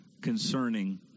concerning